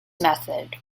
method